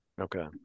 Okay